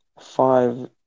five